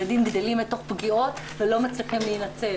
ילדים גדלים לתוך פגיעות ולא מצליחים להינצל,